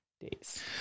days